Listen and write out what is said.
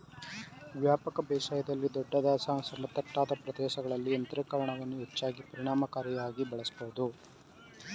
ವ್ಯಾಪಕ ಬೇಸಾಯದಲ್ಲಿ ದೊಡ್ಡದಾದ ಸಮತಟ್ಟಾದ ಪ್ರದೇಶಗಳಲ್ಲಿ ಯಾಂತ್ರೀಕರಣವನ್ನು ಹೆಚ್ಚು ಪರಿಣಾಮಕಾರಿಯಾಗಿ ಬಳಸ್ಬೋದು